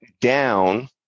down